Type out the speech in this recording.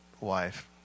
wife